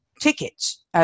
tickets